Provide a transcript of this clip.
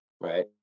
right